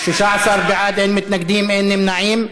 16 בעד, אין מתנגדים, אין נמנעים.